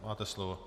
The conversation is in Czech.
Máte slovo.